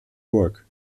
burg